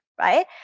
right